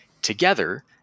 together